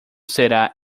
será